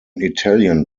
italian